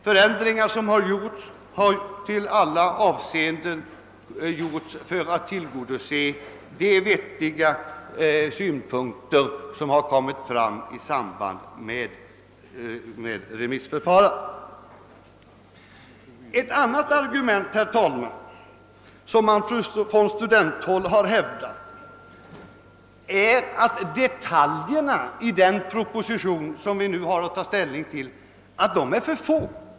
Förändringarna har i alla avseenden gjorts för att tillgodose de vettiga önskemål som har lagts fram i samband med remissförfarandet. Ett annat argument, herr talman, som man från studenthåll har hävdat är att detaljerna i den proposition som vi nu har att behandla är för få.